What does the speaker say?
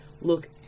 look